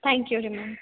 thank you ರೀ ma'am